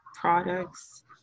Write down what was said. products